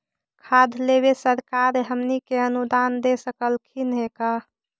खाद लेबे सरकार हमनी के अनुदान दे सकखिन हे का?